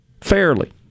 fairly